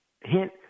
Hint